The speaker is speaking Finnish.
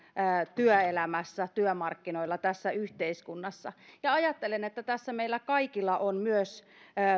työelämässä työmarkkinoilla tässä yhteiskunnassa ajattelen että tässä meillä kaikilla on myös